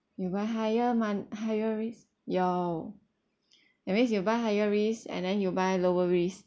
you buy higher mo~ higher risk your that means you buy higher risk and then you buy lower risk